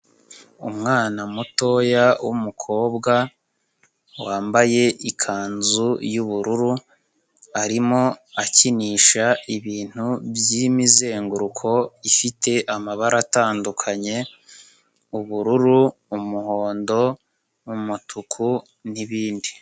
Umwana mutoya w'umukobwa wambaye ikanzu y'ubururu arimo akinisha ibintu by'imizenguruko ifite amabara atandukanye ubururu, umuhondo, umutuku n'ibindi.